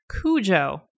Cujo